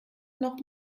noch